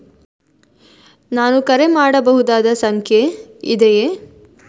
ನಾನು ಕರೆ ಮಾಡಬಹುದಾದ ಸಂಖ್ಯೆ ಇದೆಯೇ?